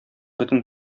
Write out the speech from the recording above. бөтен